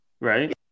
Right